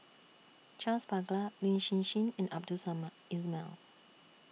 Charles Paglar Lin Hsin Hsin and Abdul Samad Ismail